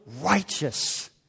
righteous